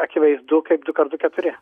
akivaizdu kaip du kart du keturi